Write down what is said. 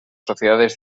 sociedades